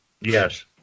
Yes